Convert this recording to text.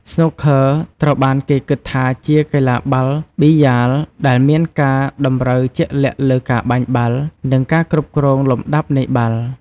ស្នូកឃឺត្រូវបានគេគិតថាជាកីឡាបាល់ប៊ីយ៉ាលដែលមានការតម្រូវជាក់លាក់លើការបាញ់បាល់ និងការគ្រប់គ្រងលំដាប់នៃបាល់។